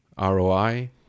ROI